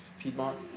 Piedmont